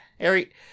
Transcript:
Ari